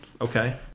Okay